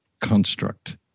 construct